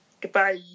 Goodbye